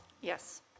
Yes